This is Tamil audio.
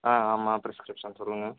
ஆ ஆமாம் ப்ரிஸ்க்ரிப்ஷன் சொல்லுங்கள்